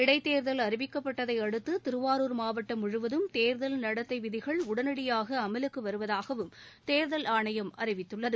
இடைத்தேர்தல் அறிவிக்கப்பட்தை அடுத்து திருவாரூர் மாவட்டம் முழுவதும் தேர்தல் நடத்தி விதிகள் உடனடியாக அமலுக்கு வருவதாகவும் தேர்தல் ஆணையம் அறிவித்துள்ளது